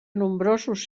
nombrosos